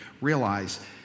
realize